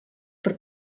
per